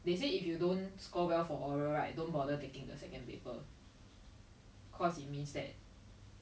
ya like those people that can like go T_S_L 做 like the 六百块一个月 that 工 is really like a privilege eh